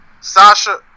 Sasha